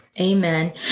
Amen